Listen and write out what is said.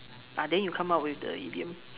ah then you come up with the idiom